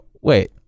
Wait